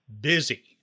busy